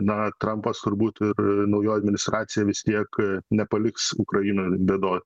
na trampas turbūt ir naujoji administracija vis tiek nepaliks ukrainoj bėdoj